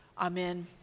Amen